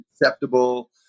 acceptable